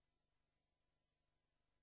תודה.